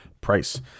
price